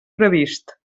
previst